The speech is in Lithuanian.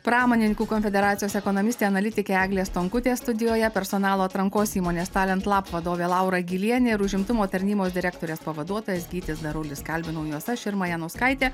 pramonininkų konfederacijos ekonomistė analitikė eglė stonkutė studijoje personalo atrankos įmonės talent lab vadovė laura gylienė ir užimtumo tarnybos direktorės pavaduotojas gytis darulis kalbinau juos aš irma janauskaitė